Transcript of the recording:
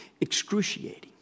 Excruciating